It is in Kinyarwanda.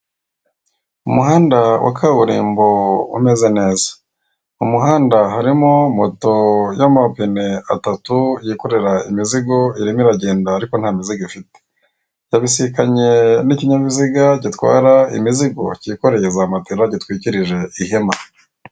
Umuhanda wa kaburimbo umeze neza. Umuhanda harimo moto y'amapine atatu yikorera imizigo irimo iragenda ariko nta mizigo ifite. Yabisikanye n'ikinyabiziga gitwara imizigo cyikoreye za matera, gitwikirije ihema.